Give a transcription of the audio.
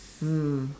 mm